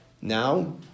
now